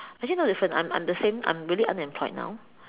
actually no difference I'm I'm the same I am really unemployed now